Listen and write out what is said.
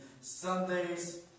Sundays